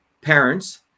parents